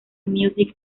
music